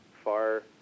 far